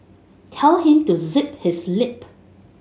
tell him to zip his lip